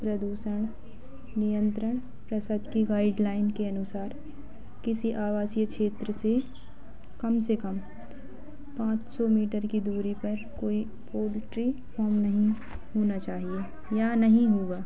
प्रदूषण नियंत्रण प्रसद की गाइडलाइन के अनुसार किसी आवासीय क्षेत्र से कम से कम पाँच सौ मीटर की दूरी पर कोई पॉल्ट्री फ़ॉम नहीं होना चाहिए या नहीं हुआ